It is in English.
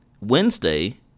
Wednesday